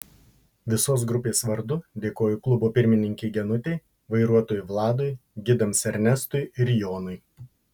visos grupės vardu dėkoju klubo pirmininkei genutei vairuotojui vladui gidams ernestui ir jonui